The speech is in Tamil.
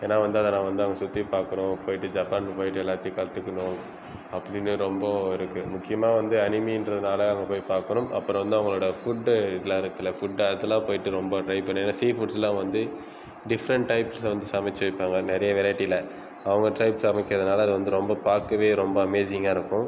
ஏன்னால் வந்து அதை நான் வந்து அங்கே சுற்றி பார்க்கணும் போயிட்டு ஜப்பானுக்கு போயிட்டு எல்லாத்தையும் கற்றுக்கனும் அப்படின்னு ரொம்ப இருக்குது முக்கியமாக வந்து அனிமின்றதுனால அங்கே போய் பார்க்கணும் அப்புறோம் வந்து அவங்களோடய ஃபுட் இதெலா இருக்குல ஃபுட் அதலாம் போயிட்டு ரொம்ப ட்ரை பண்ணணும் சீ ஃபுட்ஸ்லாம் வந்து டிஃப்ரெண்ட் டைப்ஸில் வந்து சமைத்து தருவாங்க நிறைய வெரைட்டியில் அவங்க டைப்பில் சமைக்கிறதுனால அது வந்து ரொம்ப பார்க்கவே ரொம்ப அமேசிங்காக இருக்கும்